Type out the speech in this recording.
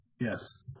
Yes